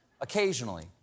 occasionally